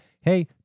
Hey